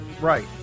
right